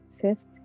fifth